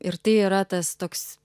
ir tai yra tas toks